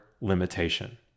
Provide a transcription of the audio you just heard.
limitation